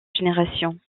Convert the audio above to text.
générations